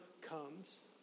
comes